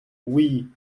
oui